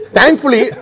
Thankfully